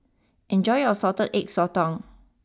enjoy your Salted Egg Sotong